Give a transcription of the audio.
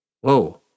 Whoa